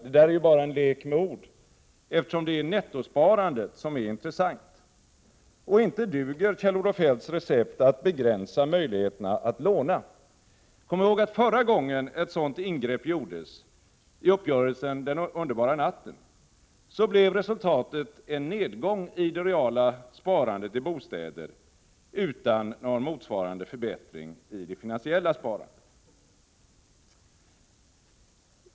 Det där är ju bara en lek med ord, eftersom det är nettosparandet som är intressant, och inte duger Kjell-Olof Feldts recept att begränsa möjligheterna att låna. Kom ihåg att förra gången ett sådant ingrepp gjordes i uppgörelsen den underbara natten, så blev resultatet en nedgång i det reala sparandet i bostäder utan någon motsvarande förbättring i det finansiella sparandet.